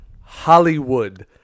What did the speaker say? Hollywood